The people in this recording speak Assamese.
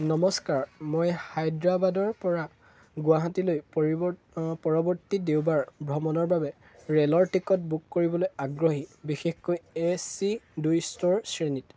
নমস্কাৰ মই হায়দৰাবাদৰ পৰা গুৱাহাটীলৈ পৰৱৰ্তী দেওবাৰ ভ্ৰমণৰ বাবে ৰে'লৰ টিকট বুক কৰিবলৈ আগ্ৰহী বিশেষকৈ এ চি দুই স্তৰ শ্ৰেণীত